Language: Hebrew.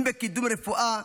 אם בקידום רפואה,